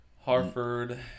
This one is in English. Harford